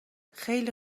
خیلی